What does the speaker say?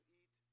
eat